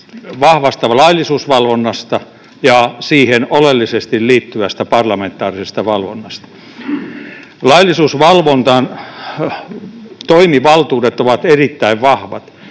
vahvasta laillisuusvalvonnasta ja siihen oleellisesti liittyvästä parlamentaarisesta valvonnasta. Laillisuusvalvonnan toimivaltuudet ovat erittäin vahvat